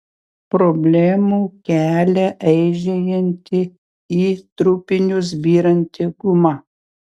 problemų kelia eižėjanti į trupinius byranti guma